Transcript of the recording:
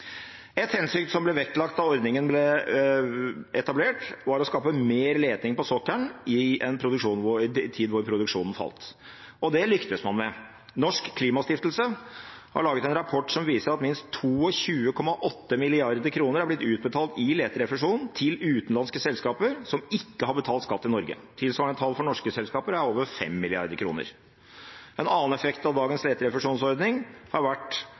som ble vektlagt da ordningen ble etablert, var å skape mer leting på sokkelen i en tid hvor produksjonen falt, og det lyktes man med. Norsk Klimastiftelse har laget en rapport som viser at minst 22,8 mrd. kr har blitt utbetalt i leterefusjon til utenlandske selskaper som ikke har betalt skatt i Norge. Tilsvarende tall for norske selskaper er over 5 mrd. kr. En annen effekt av dagens leterefusjonsordning har vært